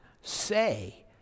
say